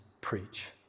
preach